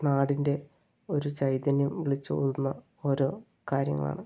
നാടിൻ്റെ ഒരു ചൈതന്യം വിളിച്ചോതുന്ന ഓരോ കാര്യങ്ങളാണ്